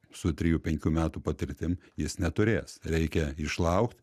su trijų penkių metų patirtim jis neturės reikia išlaukt